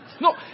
No